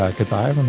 ah goodbye.